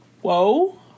whoa